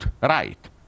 right